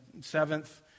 seventh